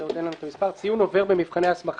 עוד אין לנו את המספר) (ציון עובר במבחני ההסמכה),